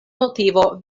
motivo